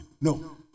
No